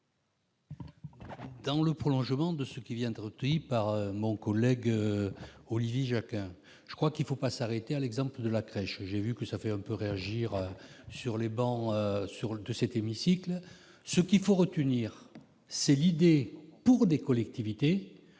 Dans le prolongement de ce qui vient d'être dit par mon collègue Olivier Jacquin, je précise qu'il ne faut pas s'arrêter à l'exemple de la crèche, dont j'ai constaté qu'il faisait un peu réagir sur les travées de notre hémicycle. Ce qu'il faut retenir, c'est l'idée- elle me semble très